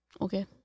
Okay